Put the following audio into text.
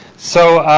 so,